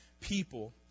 people